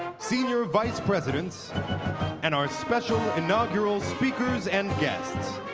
senior vice president and our special inaugural speakers and guests.